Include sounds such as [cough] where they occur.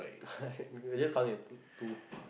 [laughs] can just count it as two two